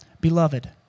Beloved